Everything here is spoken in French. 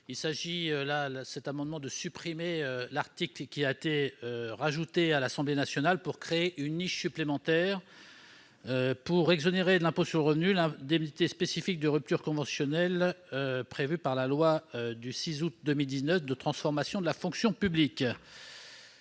l'article 2 . Cet article qui a été ajouté à l'Assemblée nationale crée une niche supplémentaire, car il prévoit d'exonérer d'impôt sur le revenu l'indemnité spécifique de rupture conventionnelle instaurée par la loi du 6 août 2019 de transformation de la fonction publique.